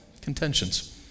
contentions